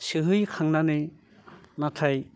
सोहैखांनानै नाथाय